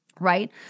right